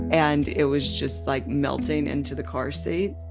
and it was just like melting into the car seat.